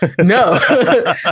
No